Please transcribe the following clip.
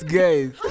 guys